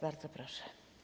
Bardzo proszę.